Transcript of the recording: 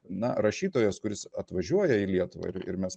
na rašytojas kuris atvažiuoja į lietuvą ir ir mes